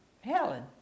Helen